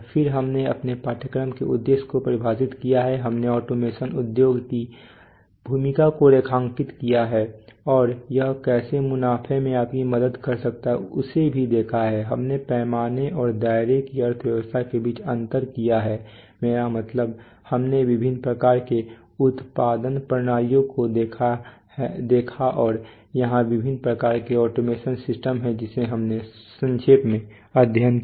फिर हमने अपने पाठ्यक्रम के उद्देश्यों को परिभाषित किया है हमने ऑटोमेशन उद्योग की भूमिका को रेखांकित किया है और यह कैसे मुनाफे में आपकी मदद कर सकता उसे भी देखा हमने पैमाने और दायरे की अर्थव्यवस्था के बीच अंतर किया है मेरा मतलब हमने विभिन्न प्रकार की उत्पादन प्रणालियों को देखा और यहां विभिन्न प्रकार के ऑटोमेशन सिस्टम है जिसे हमने संक्षेप में अध्ययन किया